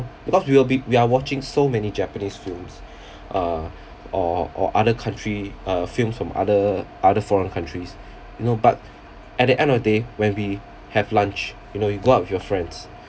because we will be we are watching so many japanese films uh or or other country uh films from other other foreign countries you know but at the end of day when we have lunch you know you go out with your friends